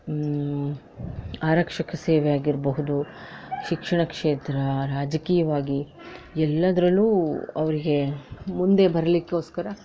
ಆರಕ್ಷಕ ಸೇವೆ ಆಗಿರಬಹುದು ಶಿಕ್ಷಣ ಕ್ಷೇತ್ರ ರಾಜಕೀಯವಾಗಿ ಎಲ್ಲದರಲ್ಲೂ ಅವರಿಗೆ ಮುಂದೆ ಬರಲಿಕ್ಕೋಸ್ಕರ